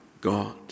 God